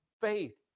faith